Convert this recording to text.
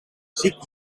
ziek